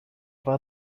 war